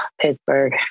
Pittsburgh